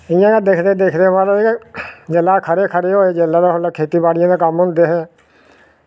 इ'यां गै दिखदे दिखदे मतलब कि जेल्लै अस खरे खरे होए उसलै खेती बाड़ियें दे कम्म होंदे हे